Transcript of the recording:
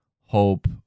hope